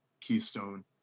keystone